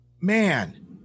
man